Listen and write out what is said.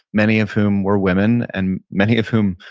many of whom were women and many of whom,